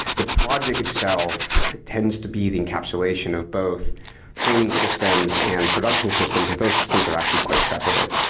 the project itself tends to be the encapsulation of both training systems and production systems, that those systems are actually quite separate.